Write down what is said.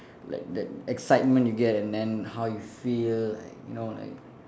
like that excitement you get and then how you feel like you know like